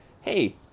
Hey